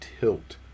tilt